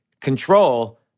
control